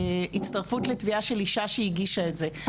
בהצטרפות לתביעה של אישה שהגישה את זה.